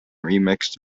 remixed